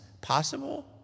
possible